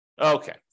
Okay